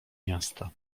miasta